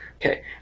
Okay